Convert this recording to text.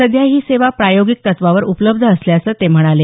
सध्या ही सेवा प्रायोगिक तत्त्वावर उपलब्ध असल्याचं ते म्हणाले